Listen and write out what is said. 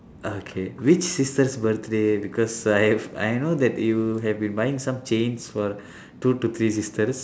okay which sister's birthday because I have I know that you have been buying some chains for two to three sisters